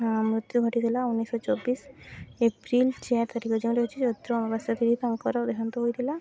ମୃତ୍ୟୁ ଘଟିଥିଲା ଉଣିଶି ଶହ ଚବିଶ ଏପ୍ରିଲ୍ ଚାରି ତାରିଖ ଯେଉଁଟା ହଉଛି ଚୈତ୍ର ଅମାବାସ୍ୟା ତିଥି ତାଙ୍କର ତାଙ୍କର ଦେହାନ୍ତ ହୋଇଥିଲା